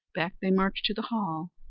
back they marched to the hall,